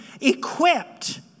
equipped